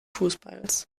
fußballs